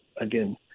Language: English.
again